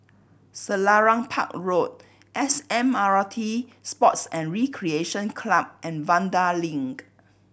Selarang Park Road S M R T Sports and Recreation Club and Vanda Link